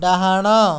ଡାହାଣ